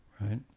right